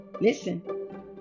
listen